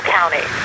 County